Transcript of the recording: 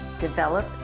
develop